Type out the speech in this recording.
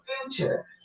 future